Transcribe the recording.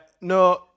no